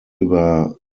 über